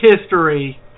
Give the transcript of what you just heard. history